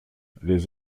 les